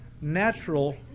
natural